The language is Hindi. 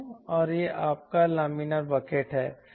और यह आपका लामिना बकेट है